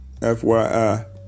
FYI